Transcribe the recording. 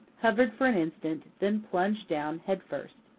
hovered for an instant, then plunged down head-first.